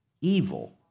evil